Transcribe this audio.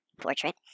portrait